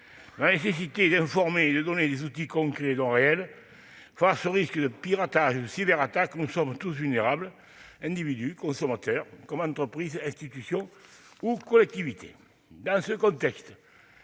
La nécessité d'informer le public et de lui donner des outils concrets est donc réelle. Face aux risques de piratage ou de cyberattaque, nous sommes tous vulnérables : individus, consommateurs, mais aussi entreprises, institutions ou collectivités. Dans ce contexte,